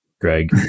Greg